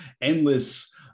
endless